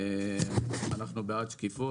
אנחנו בעד שקיפות.